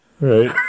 Right